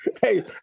Hey